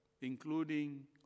including